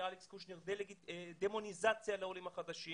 אלכס קושניר - דמוניזציה לעולים החדשים